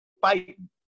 fighting